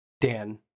Dan